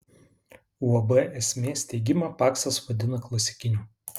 uab esmė steigimą paksas vadina klasikiniu